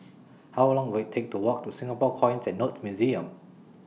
How Long Will IT Take to Walk to Singapore Coins and Notes Museum